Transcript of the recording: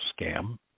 scam